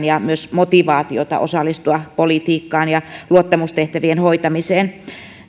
ja myös motivaatiotaan osallistua politiikkaan ja luottamustehtävien hoitamiseen